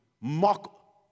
mock